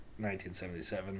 1977